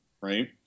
right